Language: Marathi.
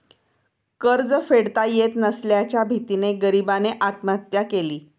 कर्ज फेडता येत नसल्याच्या भीतीने गरीबाने आत्महत्या केली